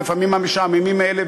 לפעמים המשעממים האלה,